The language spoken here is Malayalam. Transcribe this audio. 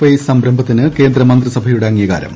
ഐ സംരംഭത്തിന് കേന്ദ്ര മന്ത്രിസഭയുടെ അംഗീകാരം